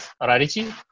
Rarity